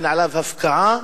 אין עליו הפקעה,